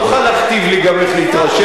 אתה לא תוכל להכתיב לי גם איך להתרשם.